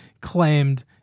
claimed